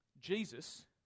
Jesus